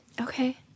Okay